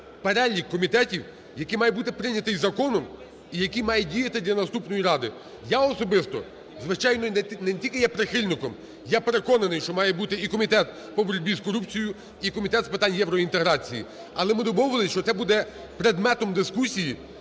перелік комітетів, який має бути прийнятий законом і який має діяти для наступної Ради. Я особисто, звичайно, не тільки є прихильником, я переконаний, що має бути і Комітет по боротьбі з корупцією, і Комітет з питань євроінтеграції. Але ми домовились, що це буде предметом дискусії